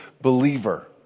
believer